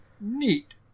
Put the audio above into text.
neat